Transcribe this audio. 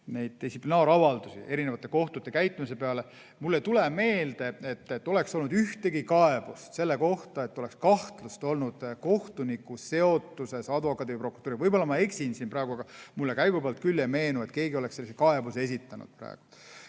distsiplinaaravaldusi erinevate kohtunike käitumise kohta. Mulle ei tule meelde, et oleks tulnud ühtegi kaebust selle kohta, et oleks olnud kahtlus kohtuniku seotuses advokaadi või prokuratuuriga. Võib-olla ma eksin siin praegu, aga mulle käigu pealt küll ei meenu, et keegi oleks sellise kaebuse esitanud. Praegu